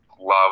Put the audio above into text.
love